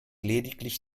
lediglich